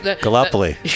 Gallipoli